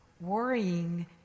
Worrying